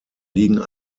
liegen